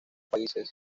países